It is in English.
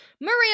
Maria